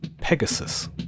Pegasus